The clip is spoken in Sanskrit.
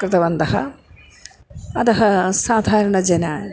कृतवन्तः अतः साधारणजनाः